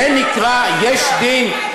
זה נקרא "יש דין".